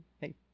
Hey